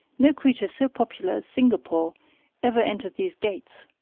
no creature so popular as singapore ever entered these gates.